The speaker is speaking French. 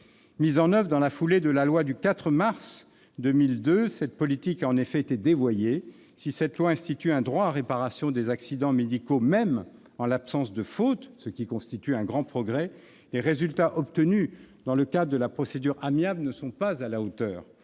Mise en oeuvre dans la foulée de la loi du 4 mars 2002, cette politique a en effet été dévoyée. Si cette loi institue un droit à réparation des accidents médicaux même en l'absence de faute, ce qui constitue un grand progrès, les résultats obtenus dans le cadre de la procédure amiable ne sont pas à la hauteur.